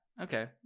Okay